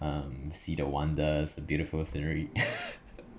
um see the wonders beautiful scenery